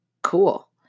Cool